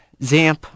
ZAMP